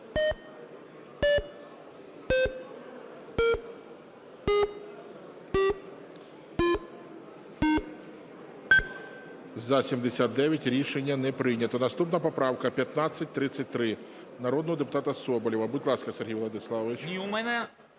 За-79 Рішення не прийнято. Наступна поправка 1533 народного депутата Соболєва. Будь ласка, Сергію Владиславовичу.